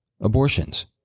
abortions